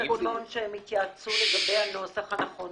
אמר עו"ד --- שהם התייעצו לגבי הנוסח הנכון.